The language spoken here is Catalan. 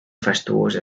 fastuosa